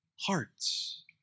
hearts